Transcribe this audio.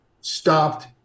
stopped